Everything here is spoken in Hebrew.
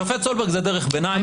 השופט סולברג זה דרך ביניים.